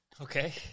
Okay